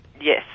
Yes